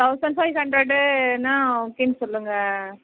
thousand five ஹண்ட்ரடுன்னா ஓகேன்னு சொல்லுங்கள்